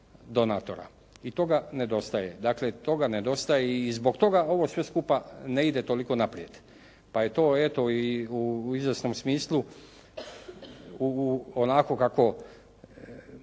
i toga nedostaje. Dakle toga nedostaje i zbog toga ovo sve skupa ne ide toliko naprijed pa je to eto i u izvjesnom smislu onako kako